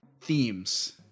themes